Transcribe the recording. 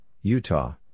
Utah